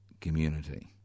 community